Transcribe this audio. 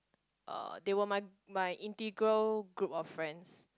uh they were my my integral group of friends